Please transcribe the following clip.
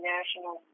National